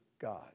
God